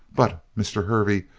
but mr. hervey,